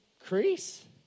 increase